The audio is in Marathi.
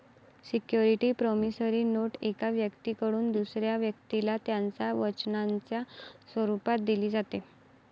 सिक्युरिटी प्रॉमिसरी नोट एका व्यक्तीकडून दुसऱ्या व्यक्तीला त्याच्या वचनाच्या स्वरूपात दिली जाते